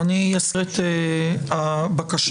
אני אזכיר את הבקשה,